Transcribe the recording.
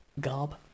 garb